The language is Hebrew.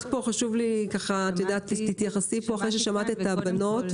קודם כל,